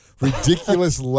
ridiculous